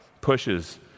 pushes